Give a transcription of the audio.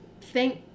Thank